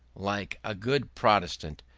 like a good protestant,